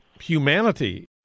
humanity